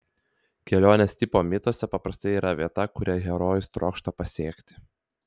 kelionės tipo mituose paprastai yra vieta kurią herojus trokšta pasiekti